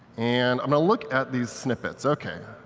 and i'm going to look at these snippets. okay.